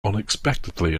unexpectedly